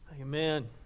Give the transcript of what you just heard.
Amen